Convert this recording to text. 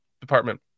department